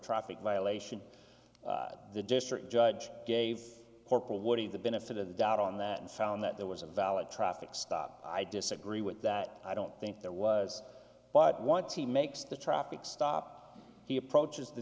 traffic violation the district judge gave corporal woody the benefit of the doubt on that and found that there was a valid traffic stop i disagree with that i don't think there was but once he makes the traffic stop he approaches the